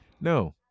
No